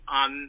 on